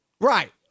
Right